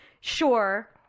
Sure